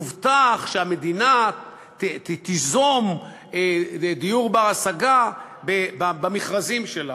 הובטח שהמדינה תיזום דיור בר-השגה במכרזים שלה.